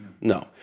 No